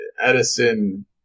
Edison